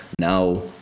now